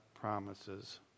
promises